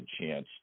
chance